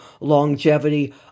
longevity